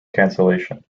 cancellation